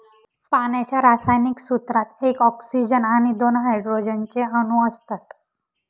पाण्याच्या रासायनिक सूत्रात एक ऑक्सीजन आणि दोन हायड्रोजन चे अणु असतात